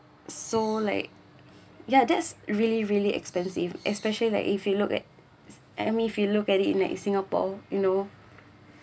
so like ya that's really really expensive especially like if you look at I mean if you look at it in like singapore while you know